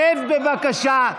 שב, בבקשה.